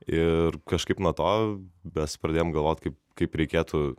ir kažkaip nuo to mes pradėjom galvoti kaip kaip reikėtų